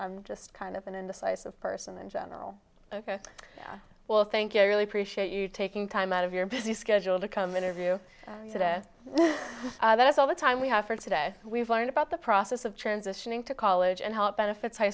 i just kind of an indecisive person in general ok well thank you i really appreciate you taking time out of your busy schedule to come interview today that is all the time we have for today we've learned about the process of transitioning to college and how it benefits high